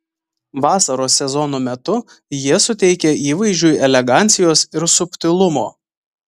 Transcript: vasaros sezono metu jie suteikia įvaizdžiui elegancijos ir subtilumo